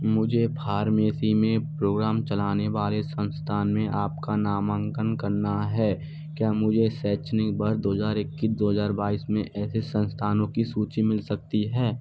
मुझे फार्मेसी में प्रोग्राम चलाने वाले संस्थान में आपका नामांकन करना है क्या मुझे शैक्षनिक वर्ष दो हज़ार इक्कीस दो हज़ार बाईस में ऐसे संस्थानों की सूची मिल सकती है